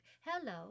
hello